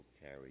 carry